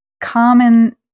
common